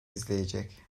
izleyecek